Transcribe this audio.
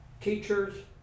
teachers